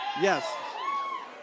Yes